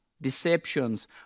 deceptions